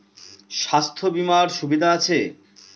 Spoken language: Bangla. স্বাস্থ্য বিমার সুবিধা আছে?